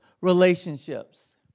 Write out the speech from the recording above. relationships